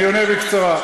אני עונה בקצרה.